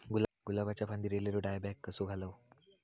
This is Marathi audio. गुलाबाच्या फांदिर एलेलो डायबॅक कसो घालवं?